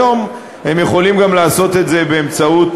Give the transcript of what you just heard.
היום הם יכולים גם לעשות את זה באמצעות